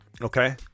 Okay